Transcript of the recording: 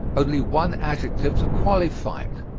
only one adjective to qualify it.